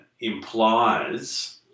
implies